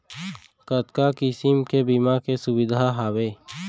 कतका किसिम के बीमा के सुविधा हावे?